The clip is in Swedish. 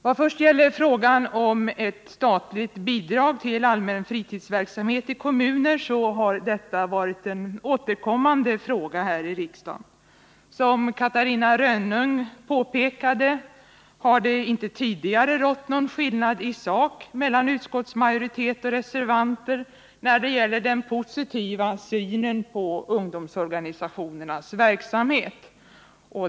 Vad först gäller statligt bidrag till allmän fritidsverksamhet i kommuner har detta varit en återkommande fråga här i riksdagen. Som Catarina Rönnung påpekade har det inte tidigare rått någon åsiktsskillnad i sak mellan utskottsmajoritet och reservanter när det gäller den positiva synen på ungdomsorganisationernas verksamhet.